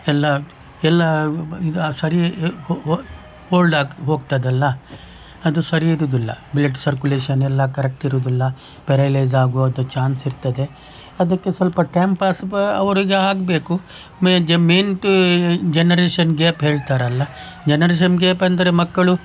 ಎಲ್ಲ ಎಲ್ಲ ಇದು ಸರಿ ಹೋಲ್ಡ್ ಆಗಿ ಹೋಗ್ತದಲ್ಲ ಅದು ಸರಿಯಿರುವುದಿಲ್ಲ ಬ್ಲಡ್ ಸರ್ಕುಲೇಷನೆಲ್ಲ ಕರೆಕ್ಟ್ ಇರುವುದಿಲ್ಲ ಪ್ಯಾರಲೈಸ್ ಆಗುವಂಥ ಚಾನ್ಸ್ ಇರ್ತದೆ ಅದಕ್ಕೆ ಸ್ವಲ್ಪ ಟೈಮ್ ಪಾಸ್ ಅವರಿಗೆ ಆಗಬೇಕು ಮೇನ್ ಜ ಮೇನ್ ಜನರೇಶನ್ ಗ್ಯಾಪ್ ಹೇಳ್ತಾರಲ್ಲ ಜನರೇಶನ್ ಗ್ಯಾಪ್ ಅಂದರೆ ಮಕ್ಕಳು